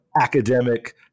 academic